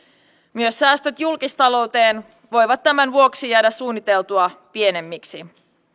myös säästöt julkistalouteen voivat tämän vuoksi jäädä suunniteltua pienemmiksi